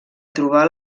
trobar